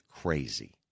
crazy